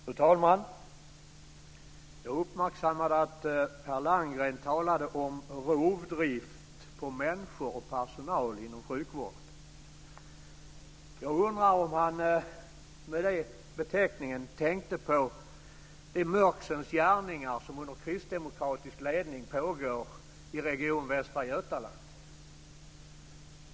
Fru talman! Jag uppmärksammade att Per Landgren talade om rovdrift på människor och personal inom sjukvården. Jag undrar om han med den beteckningen menade de mörksens gärningar som under kristdemokratisk ledning pågår i region Västra Götaland.